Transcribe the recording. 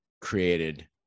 created